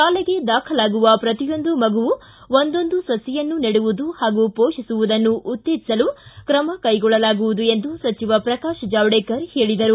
ಶಾಲೆಗೆ ದಾಖಲಾಗುವ ಪ್ರತಿಯೊಂದು ಮಗುವು ಒಂದೊಂದು ಸಸಿಯನ್ನು ನೆಡುವುದು ಹಾಗೂ ಪೋಷಿಸುವುದನ್ನು ಉತ್ತೇಜಿಸಲು ಕ್ರಮ ಕೈಗೊಳ್ಳಲಾಗುವುದು ಎಂದು ಸಚಿವ ಪ್ರಕಾಶ್ ಜಾವಡೇಕರ್ ಹೇಳಿದರು